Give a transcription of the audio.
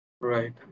Right